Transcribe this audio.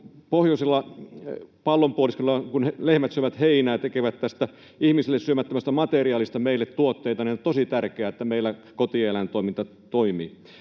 pohjoisella pallonpuoliskolla, kun lehmät syövät heinää ja tekevät tästä ihmisille syömättömästä materiaalista meille tuotteita, niin on tosi tärkeää, että meillä toimii kotieläintoiminta.